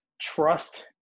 Trust